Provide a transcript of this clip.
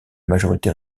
majorité